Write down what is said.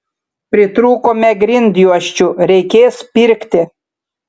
pritrūkome grindjuosčių reikės pirkti